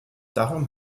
darum